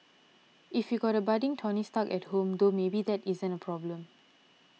if you got a budding Tony Stark at home though maybe that isn't a problem